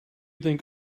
think